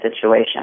situation